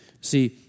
See